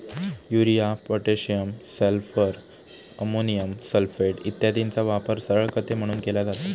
urea, potassium sulphate, ammonium sulphate इत्यादींचा वापर सरळ खते म्हणून केला जातो